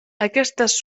aquestes